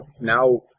now